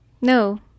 No